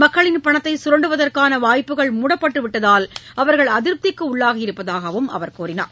மக்களின் பணத்தை கரண்டுவதற்கான வாய்ப்புகள் மூடப்பட்டு விட்டதால் அவர்கள் அதிருப்திக்கு உள்ளாகியிருப்பதாகவும் அவர் குறிப்பிட்டார்